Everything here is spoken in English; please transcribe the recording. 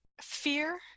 fear